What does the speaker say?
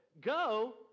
go